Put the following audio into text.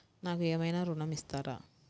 నాకు ఏమైనా ఋణం ఇస్తారా?